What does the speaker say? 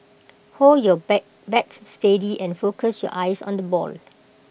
hold your bay bat steady and focus your eyes on the ball